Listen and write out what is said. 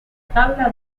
tabla